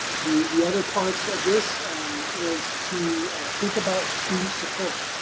the the other parts of this was to think about student support,